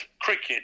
cricket